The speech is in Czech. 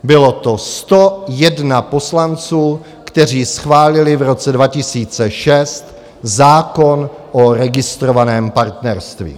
Bylo to 101 poslanců, kteří schválili v roce 2006 zákon o registrovaném partnerství.